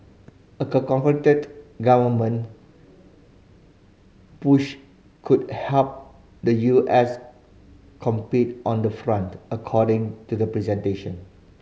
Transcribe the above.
a concerted government push could help the U S compete on the front according to the presentation